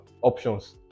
options